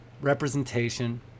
representation